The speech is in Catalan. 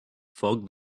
foc